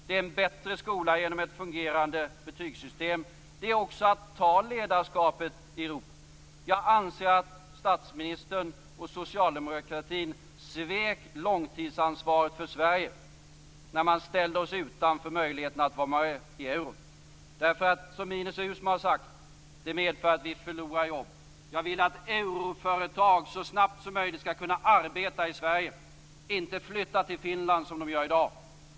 Det är en bättre skola genom ett fungerande betygssystem. Det är också att ta ledarskapet i Europa. Jag anser att statsministern och socialdemokratin svek långtidsansvaret för Sverige när Sveriges ställdes utanför möjligheten att delta med euron. Ines Uusmann har sagt att det medför att vi förlorar jobb. Jag vill att euroföretag så snabbt som möjligt skall kunna arbeta i Sverige, inte flytta till Finland - som de gör i dag.